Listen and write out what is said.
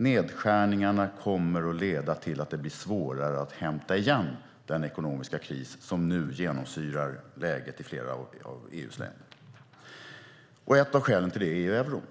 Nedskärningarna kommer att leda till att det blir svårare att hämta igen den ekonomiska kris som nu genomsyrar läget i flera av EU:s länder. Ett av skälen till det är euron.